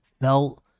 felt